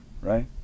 right